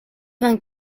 vingt